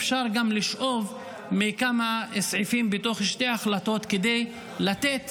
אפשר גם לשאוב מכמה סעיפים בתוך שתי ההחלטות כדי לתת